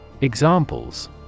Examples